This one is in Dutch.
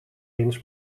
eens